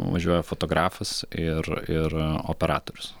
važiuoja fotografas ir ir operatorius